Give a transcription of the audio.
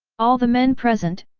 all the men present,